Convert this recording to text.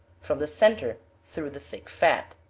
from the centre, through the thick fat.